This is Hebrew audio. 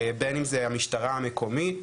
בין אם זה המשטרה המקומית,